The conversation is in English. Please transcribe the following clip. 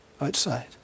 outside